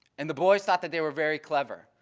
and the boys thought that they were very clever.